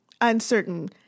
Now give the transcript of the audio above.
uncertain